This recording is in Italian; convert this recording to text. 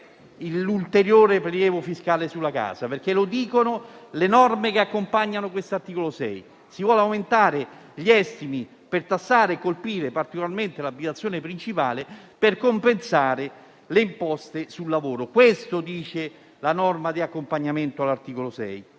l'ulteriore prelievo fiscale sulla casa c'è, perché lo dicono le norme che accompagnano l'articolo 6: si vogliono aumentare gli estimi per tassare e colpire particolarmente l'abitazione principale, per compensare le imposte sul lavoro. Questo dice la norma di cui all'articolo 6.